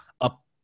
up